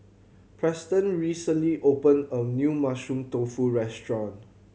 Preston recently opened a new Mushroom Tofu restaurant